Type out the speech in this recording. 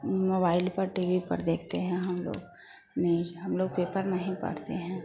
mobile पर T V पर देखते हैं हम लोग न्यूज हम लोग पेपर नहीं पढ़ते हैं